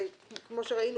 וכמו שראינו,